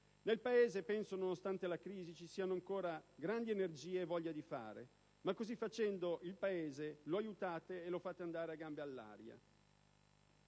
nel Paese, nonostante la crisi, ci siano ancora grandi energie e voglia di fare, ma così facendo non lo aiutate, lo fate andare a gambe all'aria.